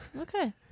Okay